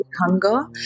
hunger